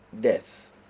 death